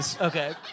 Okay